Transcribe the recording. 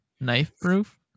knife-proof